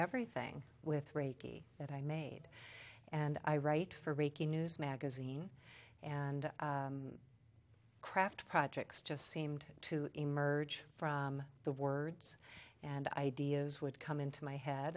everything with reiki that i made and i write for breaking news magazine and craft projects just seemed to emerge from the words and ideas would come into my head